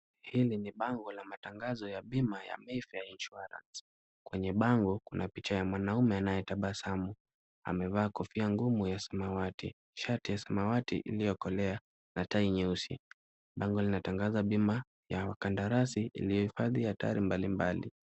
Hili ni bango ya matangazo ya bima ya Mayfair Insurance. Kwenye bango kuna picha ya mwanaume anayetabasamu. Amevaa kofia ngumu ya samawati, shati ya samawati iliyokolea na tai nyeusi. Bango linatangaza bima ya makandarasi inayohifadhi hatari mbalimbali.